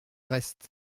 reste